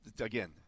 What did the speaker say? Again